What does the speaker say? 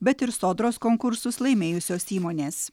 bet ir sodros konkursus laimėjusios įmonės